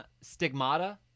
stigmata